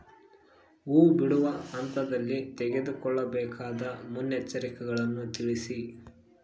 ಹೂ ಬಿಡುವ ಹಂತದಲ್ಲಿ ತೆಗೆದುಕೊಳ್ಳಬೇಕಾದ ಮುನ್ನೆಚ್ಚರಿಕೆಗಳನ್ನು ತಿಳಿಸಿ?